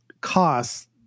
costs